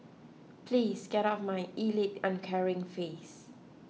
please get out of my elite uncaring face